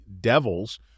devils